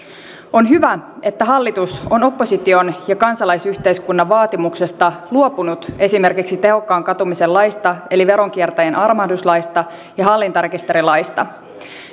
on hyvä että hallitus on opposition ja kansalaisyhteiskunnan vaatimuksesta luopunut esimerkiksi tehokkaan katumisen laista eli veronkiertäjän armahduslaista ja hallintarekisterilaista